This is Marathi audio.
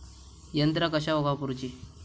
यंत्रा कशाक वापुरूची?